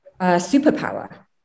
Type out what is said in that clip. superpower